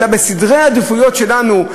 אלא בסדרי העדיפויות שלנו,